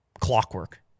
clockwork